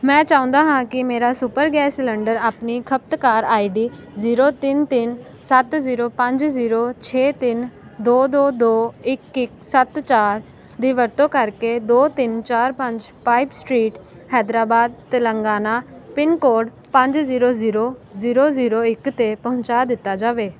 ਮੈਂ ਚਾਹੁੰਦਾ ਹਾਂ ਕਿ ਮੇਰਾ ਸੁਪਰ ਗੈਸ ਸਿਲੰਡਰ ਆਪਣੀ ਖਪਤਕਾਰ ਆਈ ਡੀ ਜ਼ੀਰੋ ਤਿੰਨ ਤਿੰਨ ਸੱਤ ਜ਼ੀਰੋ ਪੰਜ ਜ਼ੀਰੋ ਛੇ ਤਿੰਨ ਦੋ ਦੋ ਦੋ ਇੱਕ ਇੱਕ ਸੱਤ ਚਾਰ ਦੀ ਵਰਤੋਂ ਕਰਕੇ ਦੋ ਤਿੰਨ ਚਾਰ ਪੰਜ ਪਾਈਟ street Hyderabad Telangana pin code ਪੰਜ ਜ਼ੀਰੋ ਜ਼ੀਰੋ ਜ਼ੀਰੋ ਜ਼ੀਰੋ ਇੱਕ 'ਤੇ ਪਹੁੰਚਾ ਦਿੱਤਾ ਜਾਵੇ